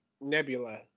Nebula